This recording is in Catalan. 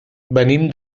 venim